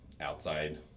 outside